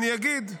אני אגיד.